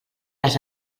als